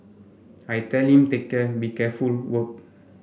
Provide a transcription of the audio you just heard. I telling take care be careful work